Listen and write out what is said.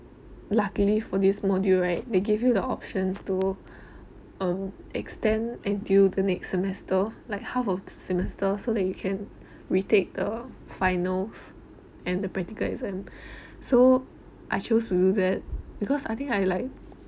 luckily for this module right they give you the option to um extend until the next semester like half of semester so that you can retake the finals and the practical exam so I chose to do that because I think I like